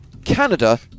Canada